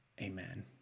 Amen